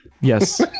Yes